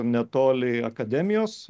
netoli akademijos